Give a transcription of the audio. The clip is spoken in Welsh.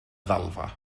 ddalfa